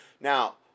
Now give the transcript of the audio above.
Now